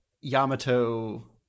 Yamato